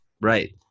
Right